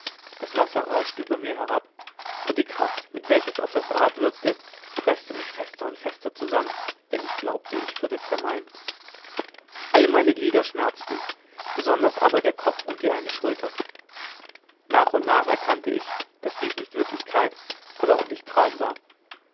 das wasser rauschte über mir herab und die kraft mit welcher es auf das rad wirkte preßte mich fester und fester zusammen daß ich glaubte ich würde zermalmt alle meine glieder schmerzten besonders aber der kopf und die eine schulter nach und nach erkannte ich daß dies nicht wirklichkeit aber auch nicht traum war